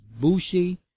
Bushi